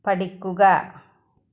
പഠിക്കുക